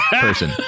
person